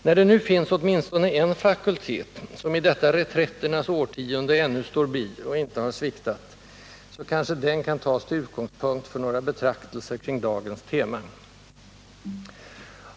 När det nu finns åtminstone en fakultet, som i detta reträtternas årtionde ännu står bi och inte har sviktat, så kanske den kan tas till utgångspunkt för några betraktelser kring dagens tema.